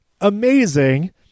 amazing